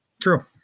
True